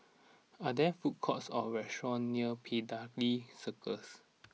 are there food courts or restaurants near Piccadilly Circus